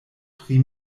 pri